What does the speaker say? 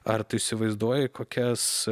ar tu įsivaizduoji kokias